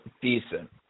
decent